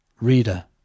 Reader